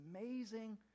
amazing